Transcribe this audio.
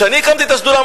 כשאני הקמתי את השדולה,